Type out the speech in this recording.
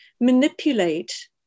manipulate